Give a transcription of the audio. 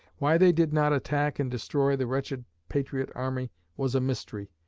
why they did not attack and destroy the wretched patriot army was a mystery.